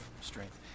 strength